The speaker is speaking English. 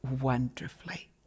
wonderfully